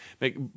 make